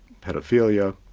paedophilia,